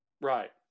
right